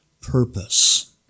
purpose